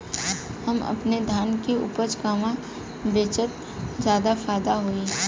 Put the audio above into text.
हम अपने धान के उपज कहवा बेंचि त ज्यादा फैदा होई?